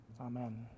Amen